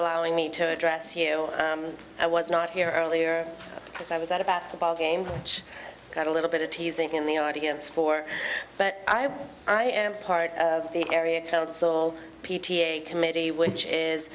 allowing me to address you i was not here earlier because i was at a basketball game which got a little bit of teasing in the audience for but i am part of the area council p t a committee which is